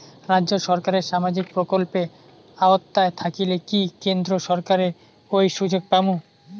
রাজ্য সরকারের সামাজিক প্রকল্পের আওতায় থাকিলে কি কেন্দ্র সরকারের ওই সুযোগ পামু?